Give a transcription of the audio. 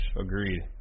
Agreed